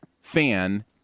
fan